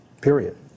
period